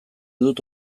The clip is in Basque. dut